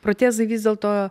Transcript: protezai vis dėlto